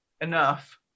enough